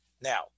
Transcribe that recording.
Now